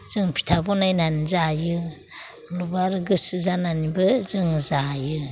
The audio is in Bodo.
जों फिथा बानायनानै जायो नुबा आरो गोसो जानानैबो जोङो जायो